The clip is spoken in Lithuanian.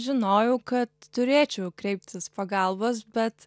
žinojau kad turėčiau kreiptis pagalbos bet